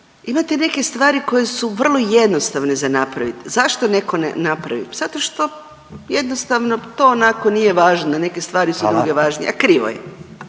Imate neke stvari koje su vrlo jednostavne za napraviti, zašto neko ne napravi, zato što jednostavno to onako nije važno, neke stvari su …/Upadica: Hvala./… druge važnije, a krivo je.